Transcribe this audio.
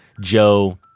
Joe